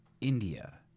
India